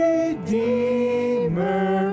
Redeemer